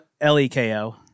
L-E-K-O